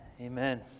Amen